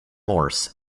morse